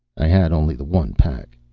i had only the one pack.